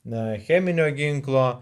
net cheminio ginklo